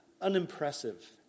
unimpressive